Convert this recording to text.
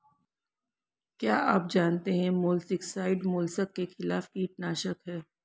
क्या आप जानते है मोलस्किसाइड्स मोलस्क के खिलाफ कीटनाशक हैं?